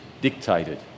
dictated